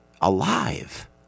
alive